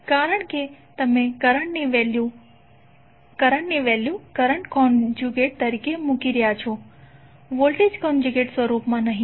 કારણ કે તમે કરંટની વેલ્યુ કરંટ કોન્ઝયુગેટ તરીકે મૂકી રહ્યાં છો વોલ્ટેજ કોન્ઝયુગેટ સ્વરૂપમાં નહીં